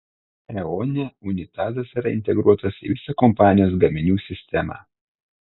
eone unitazas yra integruotas į visą kompanijos gaminių sistemą